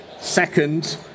Second